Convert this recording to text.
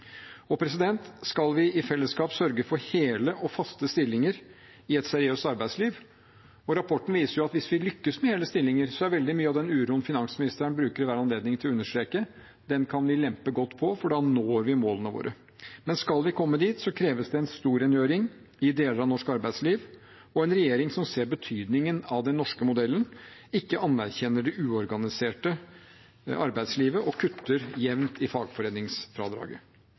Skal vi i fellesskap sørge for hele og faste stillinger i et seriøst arbeidsliv? Rapporten viser jo at hvis vi lykkes med hele stillinger, kan veldig mye av den uroen finansministeren bruker enhver anledning til å understreke, lempes godt på, for da når vi målene våre. Men skal vi komme dit, krever det en storrengjøring i deler av norsk arbeidsliv og en regjering som ser betydningen av den norske modellen, som ikke anerkjenner det uorganiserte arbeidslivet og kutter jevnt i fagforeningsfradraget.